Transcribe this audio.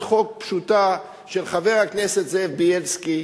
חוק פשוטה של חבר הכנסת זאב בילסקי,